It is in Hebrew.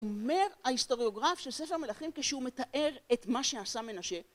אומר ההיסטוריוגרף של ספר מלכים כשהוא מתאר את מה שעשה מנשה.